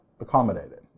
accommodated